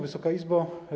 Wysoka Izbo!